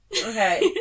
Okay